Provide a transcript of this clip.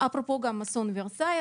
גם באסון ורסאי,